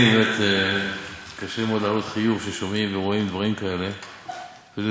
אני כמוכם הזדעזעתי והצטערתי מאוד לקרוא את הכתבה על המבוטחת בת ה-90